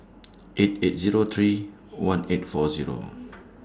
eight eight Zero three one eight four Zero